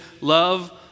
love